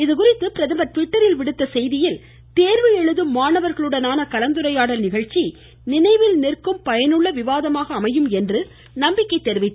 இதுகுறித்து பிரதமர் ட்விட்டரில் விடுத்துள்ள செய்தியில் தேர்வு எழுதும் மாணவர்களுடனான கலந்துரையாடல் நிகழ்ச்சி நினைவில் நிற்கும் பயனுள்ள விவாதமாக அமையும் என்று நம்பிக்கை தெரிவித்துள்ளார்